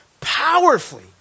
powerfully